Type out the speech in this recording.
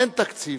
אין תקציב.